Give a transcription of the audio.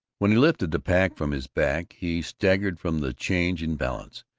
when he lifted the pack from his back he staggered from the change in balance,